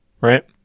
Right